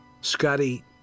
Scotty